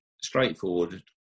straightforward